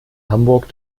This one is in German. hamburg